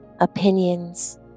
opinions